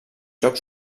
jocs